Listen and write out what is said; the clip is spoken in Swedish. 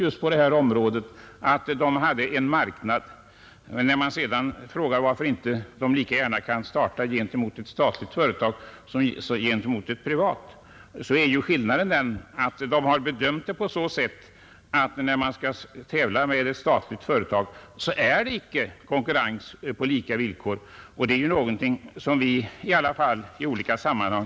Industriministern frågade varför det här företaget inte kunde starta mattillverkningen i konkurrens med ett statligt företag lika gärna som i konkurrens med ett annat privatföretag. Företaget bedömde skillnaden vara den att när man skall tävla med ett statligt företag så är det icke konkurrens på lika villkor. Det är någonting som vi har fått erfara i olika sammanhang.